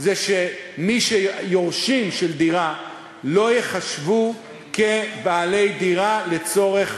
שיורשים של דירה לא ייחשבו בעלי דירה לצורך